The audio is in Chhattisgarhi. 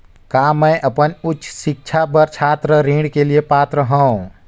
का मैं अपन उच्च शिक्षा बर छात्र ऋण के लिए पात्र हंव?